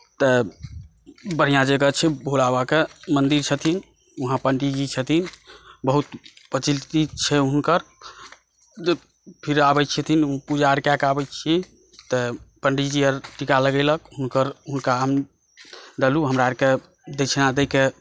तऽ बढ़िऑं जकाँ छै भोला बाबाकेँ मन्दिर छथिन उहाँ पाण्डीतजी छथिन बहुत प्रचलित छै हुनकर फेर आबै छथिन पूजा आर कए कऽ आबै छी तऽ पंडीतजी टीका लगेलक हुनकर हुनका हम देलहुँ हमरा आरके दक्षिणा दैके